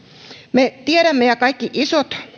me tiedämme ja kaikki isot